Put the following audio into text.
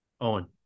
Owen